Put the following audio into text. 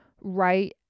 right